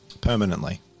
Permanently